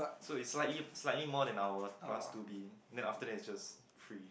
so is slightly slight more than our class two B then after that is just free